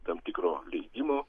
tam tikro leidimo